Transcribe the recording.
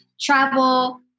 travel